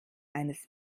eines